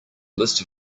list